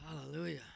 Hallelujah